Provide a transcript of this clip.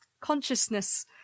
Consciousness